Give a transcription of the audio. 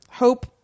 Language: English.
Hope